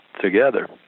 together